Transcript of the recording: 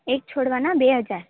એક છોડવાના બે હજાર